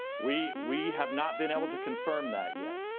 we we have not been able to confirm that yet.